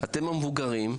אתם המבוגרים,